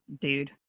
dude